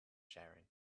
sharing